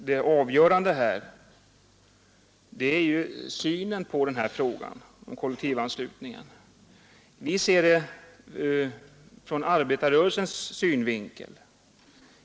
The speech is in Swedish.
Det avgörande här är synen på kollektivanslutningen. Vi ser den ur arbetarrörelsens synvinkel.